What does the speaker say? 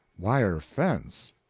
wire fence?